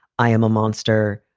i am a monster.